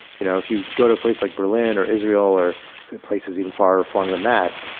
you know if you go to a place like berlin, or israel, or places even far-flung than that,